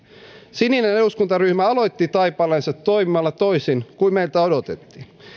sininen eduskuntaryhmä aloitti taipaleensa toimimalla toisin kuin meiltä odotettiin